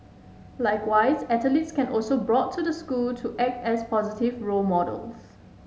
likewise athletes can also brought to the school to act as positive role models